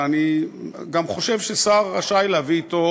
ואני גם חושב ששר רשאי להביא אתו